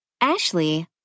Ashley